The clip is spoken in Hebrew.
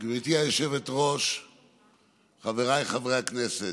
נדאג לציבור שלנו בכל דרך שאנחנו נוכל ובכל דרך